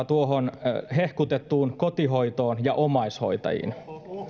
tuohon hehkutettuun kotihoitoon ja omaishoitajiin